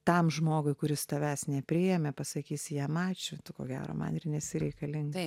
tam žmogui kuris tavęs nepriėmė pasakysi jam ačiū tu ko gero man ir nesi reikalingas